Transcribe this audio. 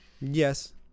Yes